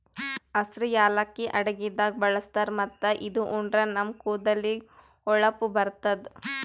ಹಸ್ರ್ ಯಾಲಕ್ಕಿ ಅಡಗಿದಾಗ್ ಬಳಸ್ತಾರ್ ಮತ್ತ್ ಇದು ಉಂಡ್ರ ನಮ್ ಕೂದಲಿಗ್ ಹೊಳಪ್ ಬರ್ತದ್